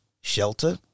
shelter